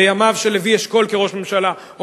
בימיו של לוי אשכול כראש ממשלה או